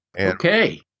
okay